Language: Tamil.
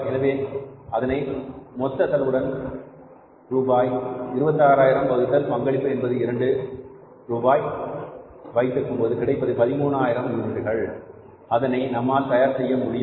எனவே அதனை மொத்த செலவுடன் ரூபாய் 26000 வகுத்தல் பங்களிப்பு என்பது 2 ரூபாய் வைத்திருக்கும்போது கிடைப்பது 13000 யூனிட்டுகள் அதனை நம்மால் தயார் செய்ய முடியும்